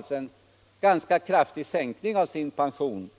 Han får en ganska kraftig sänkning av sin pension